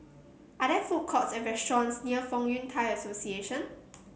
are there food courts or restaurants near Fong Yun Thai Association